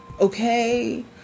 okay